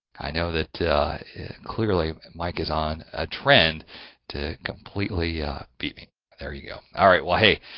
i know that clearly mike is on a trend to completely beat me there you go, all right well! hey!